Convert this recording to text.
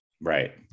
right